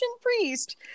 priest